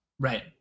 Right